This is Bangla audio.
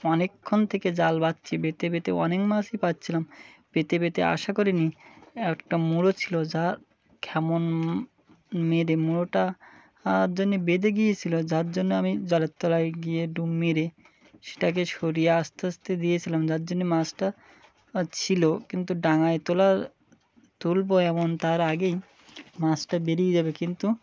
অনেকক্ষণ থেকে জাল পাতছি পেতে পেতে অনেক মাছই পাচ্ছিলাম পেতে পেতে আশা করিনি একটা মুরো ছিল যার কেমন মেরে মুরোটার জন্য বেঁধে গিয়েছিল যার জন্য আমি জলের তলায় গিয়ে ডুব মেরে সেটাকে সরিয়ে আস্তে আস্তে দিয়েছিলাম যার জন্য মাছটা ছিল কিন্তু ডাঙায় তোলা তুলব এমন তার আগেই মাছটা বেরিয়ে যাবে কিন্তু